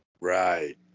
Right